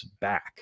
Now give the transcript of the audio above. back